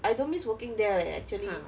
I don't miss working there leh actually